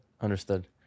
Understood